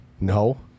no